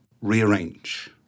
Rearrange